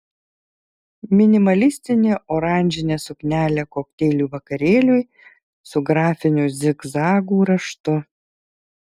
minimalistinė oranžinė suknelė kokteilių vakarėliui su grafiniu zigzagų raštu